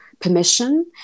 permission